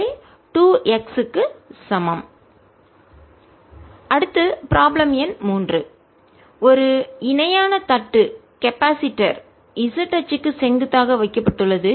PP0x D 0E PE P20D P2P P2 P2 x அடுத்த problem எண் 3 ஒரு இணையான தட்டு கெப்பாசிட்டர் மின்தேக்கி z அச்சுக்கு செங்குத்தாக வைக்கப்பட்டுள்ளது